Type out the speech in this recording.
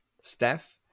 Steph